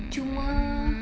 cuma